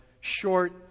short